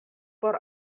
por